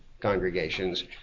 congregations